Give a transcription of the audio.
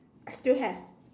I still have